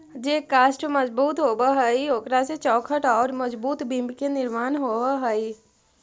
जे काष्ठ मजबूत होवऽ हई, ओकरा से चौखट औउर मजबूत बिम्ब के निर्माण होवऽ हई